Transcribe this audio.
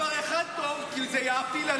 הוא לא יגיד דבר אחד טוב כי זה יאפיל על כל השאר.